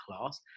class